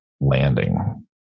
landing